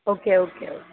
okay okay okay